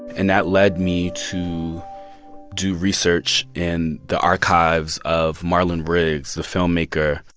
and that led me to do research in the archives of marlon riggs, the filmmaker.